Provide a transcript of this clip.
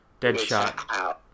Deadshot